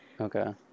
Okay